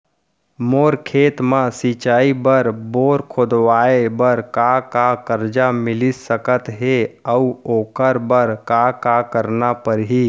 मोर खेत म सिंचाई बर बोर खोदवाये बर का का करजा मिलिस सकत हे अऊ ओखर बर का का करना परही?